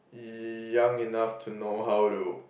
young enough to know how to